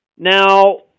Now